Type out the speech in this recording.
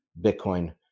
Bitcoin